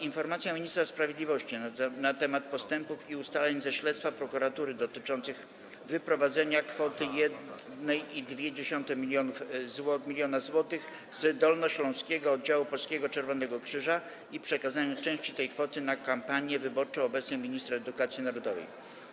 Informacja ministra sprawiedliwości na temat postępów i ustaleń ze śledztwa prokuratury dotyczących wyprowadzenia kwoty 1,2 mln zł z dolnośląskiego oddziału Polskiego Czerwonego Krzyża i przekazania części tej kwoty na kampanię wyborczą obecnej minister edukacji narodowej.